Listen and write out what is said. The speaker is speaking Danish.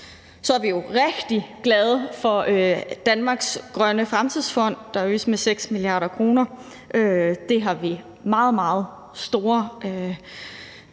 Så er jo vi rigtig glade for Danmarks Grønne Fremtidsfond, der øges med 6 mia. kr. Det har vi meget, meget store